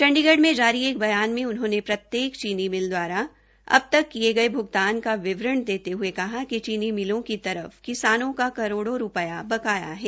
चंडीगढ़ में जारी एक बयान में उन्होंने प्रत्येक चीनी मिल दवारा अब तक किये गये भुगतान का विवरण देते हये कहा कि चीनी मिलों की तरफ किसानों का करोड़ो रूपाया बाकी है